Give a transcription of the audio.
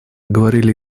говорили